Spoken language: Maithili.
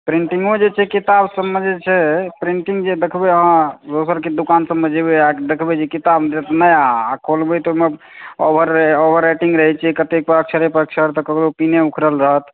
सब चीजके मिलै छै बिलकुल